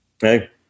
Hey